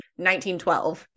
1912